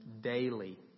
daily